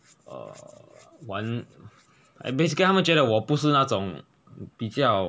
err 玩 I basically 他们觉得我不是那种我不是那种比较